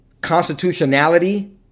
constitutionality